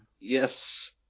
Yes